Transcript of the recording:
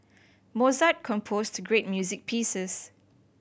Mozart composed great music pieces